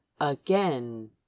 again